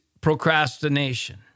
procrastination